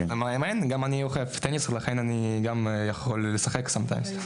גם אני אוהב טניס, לכן אני גם יכול לשחק לפעמים.